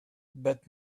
but